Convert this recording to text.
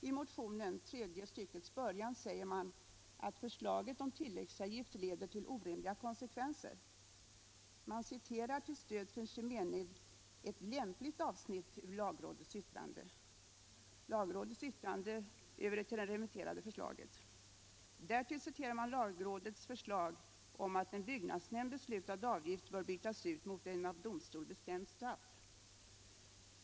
I motionen — tredje styckets början — säger man att förslaget om tillläggsavgilt leder till orimliga konsekvenser. Man citerar till stöd för sin mening ett lämpligt avsnitt ur lagrådets yttrande över det ull lagrådet remitterade förslaget. Därefter citerar man lagrådets förslag om att en av byggnadsnämnd beslutad avgift bör bytas ut mot ett av domstol bestämt straff.